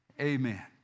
amen